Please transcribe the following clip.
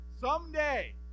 someday